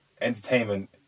entertainment